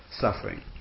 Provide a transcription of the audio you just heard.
suffering